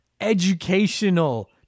educational